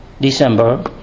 December